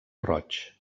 roig